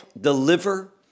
deliver